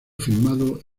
filmado